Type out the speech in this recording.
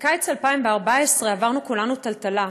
בקיץ 2014 עברנו כולנו טלטלה.